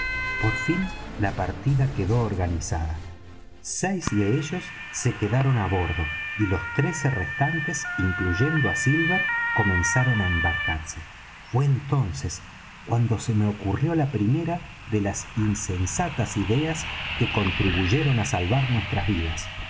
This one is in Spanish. por fin la partida quedó organizada seis de ellos se quedaron á bordo y los trece restantes incluyendo á silver comenzaron á embarcarse fué entonces cuando me ocurrió la primera de las insensatas ideas que contribuyeron á salvar nuestras vidas